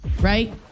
right